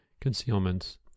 concealment